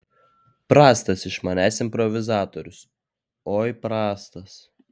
prastas iš manęs improvizatorius oi prastas